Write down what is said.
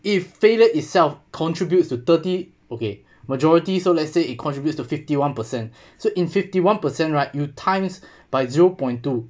if failure itself contribute to thirty okay majority so let's say it contribute to fifty one percent so in fifty one per cent right you times by zero point two